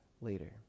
later